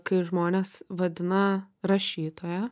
kai žmonės vadina rašytoja